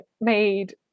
made